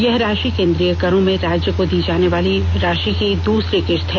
यह राशि केंद्रीय करों में राज्य को दी जाने वाली राषि की दूसरी किस्त है